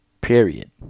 period